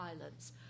islands